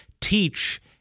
teach